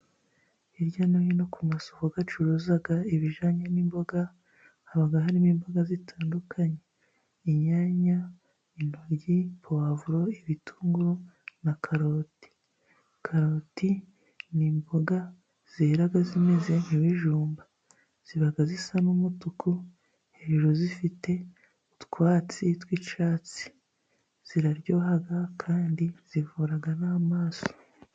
Hirya no hino ku masoko bacuruza ibijanye n'imboga, haba harimo imboga zitandukanye inyanya intoryi pwavuro, ibitunguru na karoti, karoti ni imboga zera zimeze nk'ibijumba, ziba zisa n'umutuku hejuru zifite utwatsi tw'icyatsi, ziraryoha kandi zivura n'amaso.